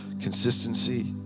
consistency